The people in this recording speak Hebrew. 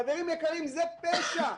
חברים יקרים, זה פשע.